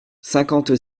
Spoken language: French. cinquante